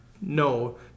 no